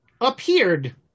appeared